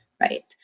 Right